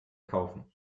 kaufen